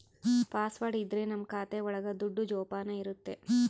password ಇದ್ರೆ ನಮ್ ಖಾತೆ ಒಳಗ ದುಡ್ಡು ಜೋಪಾನ ಇರುತ್ತೆ